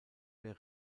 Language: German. der